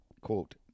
Quote